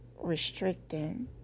restricting